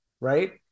right